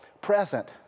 present